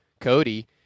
Cody